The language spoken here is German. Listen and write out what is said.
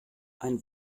ein